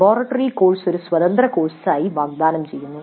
laboratory course ഒരു സ്വതന്ത്ര കോഴ്സായി വാഗ്ദാനം ചെയ്യുന്നു